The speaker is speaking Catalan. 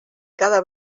cada